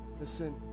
listen